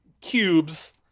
cubes